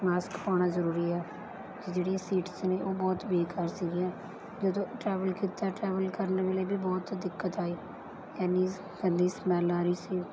mask ਪਾਉਣਾ ਜ਼ਰੂਰੀ ਹੈ ਅਤੇ ਜਿਹੜੀ ਸੀਟਸ ਨੇ ਉਹ ਬਹੁਤ ਬੇਕਾਰ ਸੀਗੀਆ ਜਦੋਂ ਟਰੈਵਲ ਕੀਤਾ ਟਰੈਵਲ ਕਰਨ ਵੇਲੇ ਵੀ ਬਹੁਤ ਦਿੱਕਤ ਆਈ ਐਨੀ ਗੰਦੀ ਸਮੈਲ ਆ ਰਹੀ ਸੀ